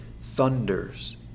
thunders